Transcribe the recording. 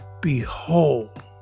Behold